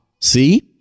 See